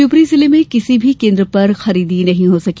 शिवपुरी जिलें में किसी भी केन्द्र पर खरीदी नहीं हो सकी